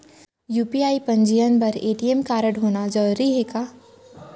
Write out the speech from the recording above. UPI पंजीयन बर ATM कारडहोना जरूरी हे का?